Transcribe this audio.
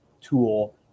tool